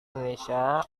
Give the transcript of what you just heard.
indonesia